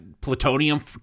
plutonium